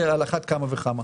זה על אחת כמה וכמה.